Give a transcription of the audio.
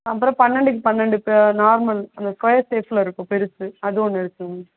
அப்புறம் பன்னெண்டுக்கு பன்னெண்டு இப்போ நார்மல் அந்த ஸ்கொயர் ஷேப்பில் இருக்கும் பெருசு அது ஒன்று இருக்குங்க மேம்